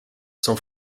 san